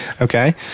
Okay